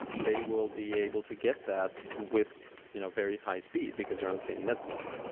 they will be able to get that with you know very high-speed because they're on the same network,